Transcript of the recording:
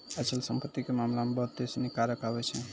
अचल संपत्ति के मामला मे बहुते सिनी कारक आबै छै